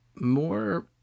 more